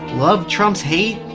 love trump's hate?